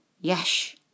Yes